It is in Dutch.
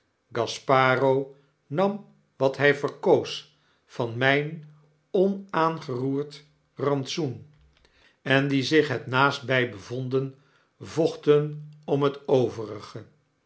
eten gasparo nam wat hyverkoos van mjn onaangeroerd rantsoen en die zich het naastby bevonden vochten om het overige